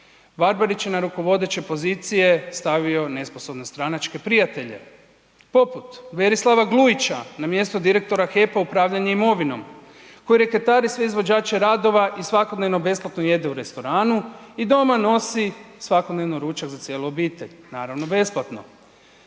Barbarić je na rukovodeće pozicije stavio nesposobne stranačke prijatelje poput Berislava Glujića na mjesto direktora HEP-a upravljanje imovinom koji reketari sve izvođače radova i svakodnevno besplatno jede u restoranu i doma nosi svakodnevno ručak za cijelu obitelj, naravno besplatno.